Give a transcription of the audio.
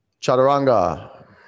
Chaturanga